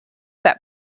that